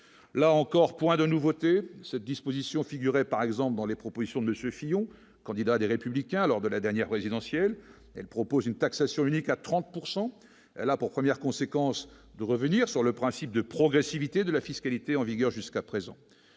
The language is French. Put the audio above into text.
là encore, point de nouveautés, cette disposition figurait par exemple dans les propositions de Monsieur Fillon, candidat des républicains à lors de la dernière présidentielle, elle propose une taxation unique à 30 pourcent elle a pour premières conséquences de revenir sur le principe de progressivité de la fiscalité en vigueur jusqu'à présent,